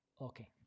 Okay